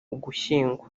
ugushyingo